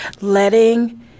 Letting